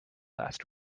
last